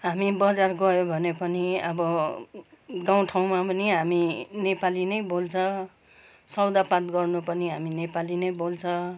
हामी बजार गयो भने पनि अब गाउँठाउँमा पनि हामी नेपाली नै बोल्छ सौदापात गर्नु पनि हामी नेपाली नै बोल्छ